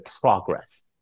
progress